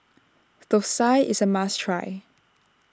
Thosai is a must try